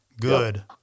good